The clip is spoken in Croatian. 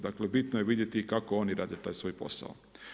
Dakle bitno je vidjeti i kako oni rade taj svoj posao.